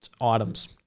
items